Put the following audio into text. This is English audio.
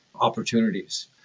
opportunities